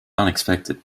unexpected